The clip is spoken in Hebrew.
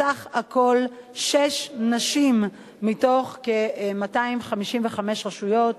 בסך הכול שש נשים מתוך כ-255 ראשי רשויות.